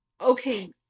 Okay